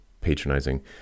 patronizing